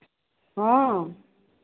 ହଁ